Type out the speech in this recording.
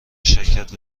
شرکت